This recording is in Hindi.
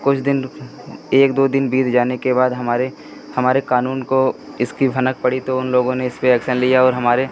कुछ दिन एक दो दिन बीत जाने के बाद हमारे हमारे क़ानून को इसकी भनक पड़ी तो उन लोगों ने इसपर ऐक्सन लिया और हमारे